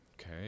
okay